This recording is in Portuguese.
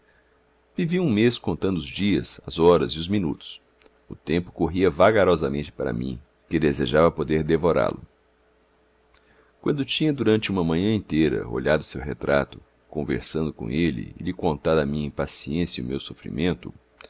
vivi um mês contando os dias as horas e os minutos e tempo corria vagarosamente para mim que desejava poder devorá lo quando tinha durante uma manhã inteira olhado o seu retrato conversado com ele e lhe contado a minha impaciência e o meu sofrimento